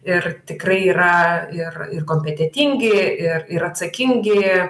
ir tikrai yra ir ir kompetentingi ir ir atsakingi